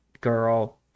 girl